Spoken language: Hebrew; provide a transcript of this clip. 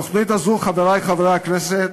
התוכנית הזאת, חברי חברי הכנסת,